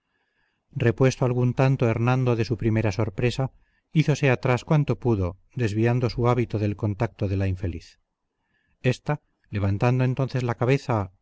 repuesto algún tanto hernando de su primera sorpresa hízose atrás cuanto pudo desviando su hábito del contacto de la infeliz ésta levantando entonces la cabeza